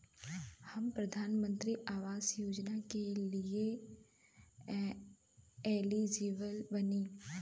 हम प्रधानमंत्री आवास योजना के लिए एलिजिबल बनी?